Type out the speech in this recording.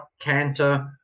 canter